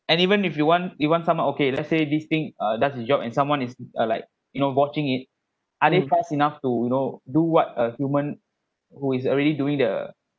and even if you want you want someone okay let's say this thing uh does the job and someone is uh like you know watching it are they fast enough to you know do what a human who is already doing the